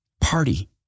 Party